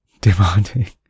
Demanding